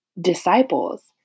disciples